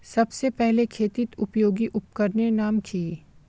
सबसे पहले खेतीत उपयोगी उपकरनेर नाम की?